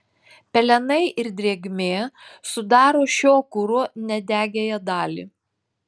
pelenai ir drėgmė sudaro šio kuro nedegiąją dalį